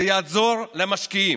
זה יעזור למשקיעים.